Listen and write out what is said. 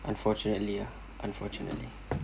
unfortunately ah unfortunately